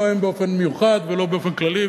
לא הם באופן מיוחד ולא באופן כללי,